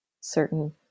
Certain